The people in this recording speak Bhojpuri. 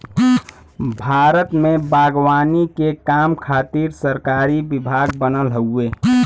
भारत में बागवानी के काम खातिर सरकारी विभाग बनल हउवे